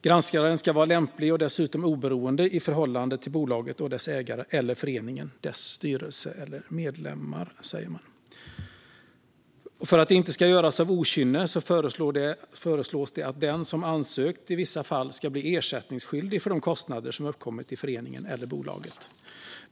Granskaren ska vara lämplig och dessutom oberoende i förhållande till bolaget och dess ägare eller föreningen, dess styrelse och dess medlemmar, säger man. För att detta inte ska göras av okynne föreslås det att den som ansökt i vissa fall ska bli ersättningsskyldig för de kostnader som uppkommit i föreningen eller bolaget.